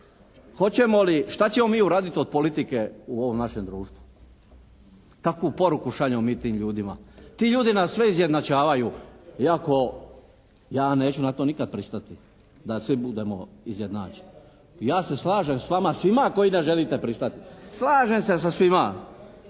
šta ćemo mi uraditi od politike u ovom našem društvu, kakvu poruku šaljemo mi tim ljudima. Ti ljudi nas sve izjednačavaju iako ja neću na to nikad pristati da svi budemo izjednačeni. Ja se slažem sa vama svima koji ne želite pristati. Slažem sa svima.